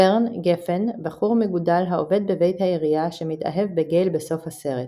פרן / גפן – בחור מגודל העובד בבית העירייה שמתאהב בגייל בסוף הסרט.